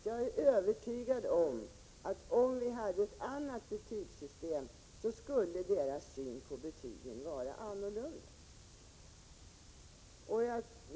Jag är övertygad om att om vi hade ett annat betygssystem, skulle deras syn på betygen vara annorlunda.